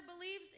believes